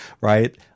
right